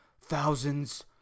thousands